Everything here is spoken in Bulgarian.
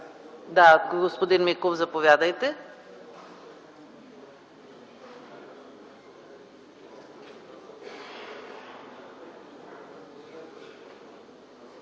Господин Миков, заповядайте